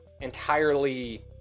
entirely